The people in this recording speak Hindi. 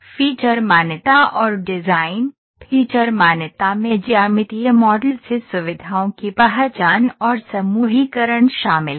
फ़ीचर मान्यता और डिज़ाइन फीचर मान्यता में ज्यामितीय मॉडल से सुविधाओं की पहचान और समूहीकरण शामिल है